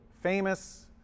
Famous